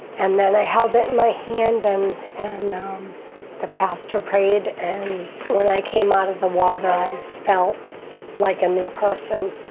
and i held in my hand um and um the pastor prayed and when i came out of the water, i felt like a new person.